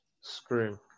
Scream